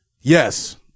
Yes